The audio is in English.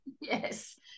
Yes